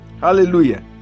Hallelujah